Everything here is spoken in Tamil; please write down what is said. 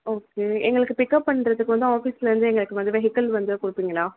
ஓகே எங்களுக்கு பிக்அப் பண்ணுறதுக்கு வந்து ஆஃபீஸ்சில் இருந்து எங்களுக்கு வந்து வெஹிக்கள் வந்து கொடுப்பீங்களா